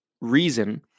reason